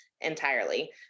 entirely